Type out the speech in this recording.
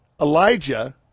Elijah